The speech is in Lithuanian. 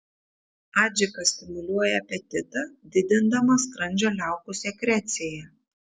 adžika stimuliuoja apetitą didindama skrandžio liaukų sekreciją